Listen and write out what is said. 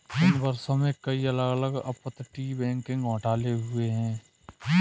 इन वर्षों में, कई अलग अलग अपतटीय बैंकिंग घोटाले हुए हैं